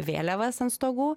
vėliavas ant stogų